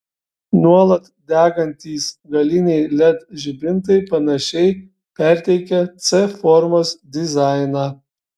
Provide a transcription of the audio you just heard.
nuolat degantys galiniai led žibintai panašiai perteikia c formos dizainą